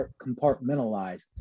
compartmentalize